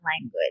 language